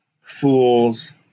fools